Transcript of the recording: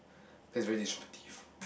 that is very disruptive